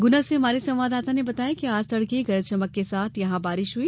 गुना से हमारे संवाददाता ने बताया है कि आज तड़के गरज चमक के साथ बारिश हई